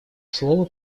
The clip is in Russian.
слово